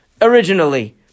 originally